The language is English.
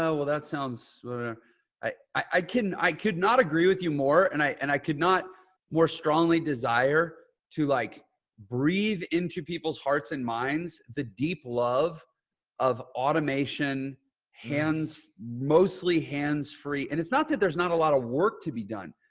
oh, well that sounds i can, i could not agree with you more. and i and i could not more strongly desire to like breathe into people's hearts and minds, the deep love of automation hands, mostly hands free. and it's not that there's not a lot of work to be done,